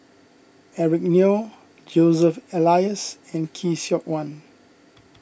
Eric Neo Joseph Elias and Khoo Seok Wan